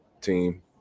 team